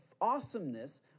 awesomeness